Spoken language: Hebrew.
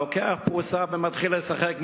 לוקח פרוסה ומתחיל לשחק,